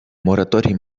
мораторій